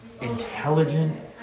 Intelligent